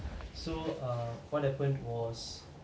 so err what happened was